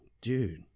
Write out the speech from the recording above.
dude